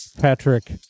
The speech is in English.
patrick